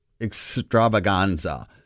extravaganza